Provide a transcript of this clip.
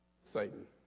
Satan